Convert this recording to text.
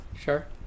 sure